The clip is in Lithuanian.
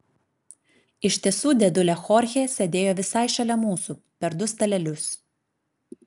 iš tiesų dėdulė chorchė sėdėjo visai šalia mūsų per du stalelius